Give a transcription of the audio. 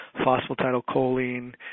phosphatidylcholine